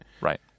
Right